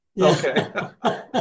Okay